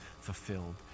fulfilled